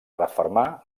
refermar